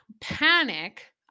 panic